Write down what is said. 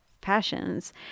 passions